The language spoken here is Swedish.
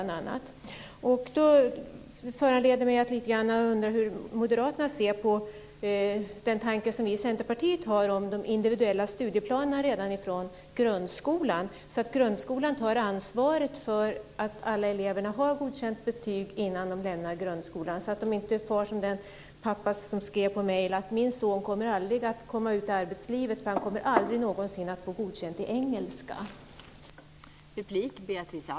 Det föranleder mig att lite grann undra hur moderaterna ser på den tanke vi i Centerpartiet har om individuella studieplaner redan i grundskolan, så att grundskolan tar ansvar för att alla elever har godkänt betyg innan de lämnar grundskolan så att det inte blir som för den pappa som skrev i ett mejl: Min son kommer aldrig att komma ut i arbetslivet, för han kommer aldrig någonsin att få godkänt i engelska.